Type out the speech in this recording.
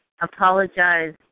apologize